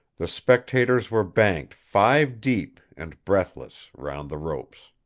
the spectators were banked, five deep and breathless, round the ropes.